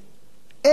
אין אחריות.